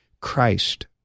Christ